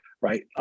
right